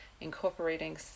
incorporating